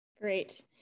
Great